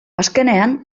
azkenean